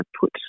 put